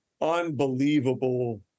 unbelievable